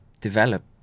develop